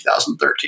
2013